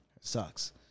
Sucks